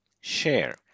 Share